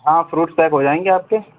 ہاں fruits pack ہو جائیں گے آپ کے